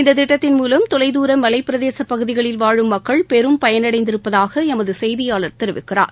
இந்த திட்டத்தின் மூலம் தொலைதூர மலைப் பிரதேசப் பகுதிகளில் வாழும் மக்கள் பெரும் பயனடைந்திருப்பதாக எமது செய்தியாளர் தெரிவிக்கிறார்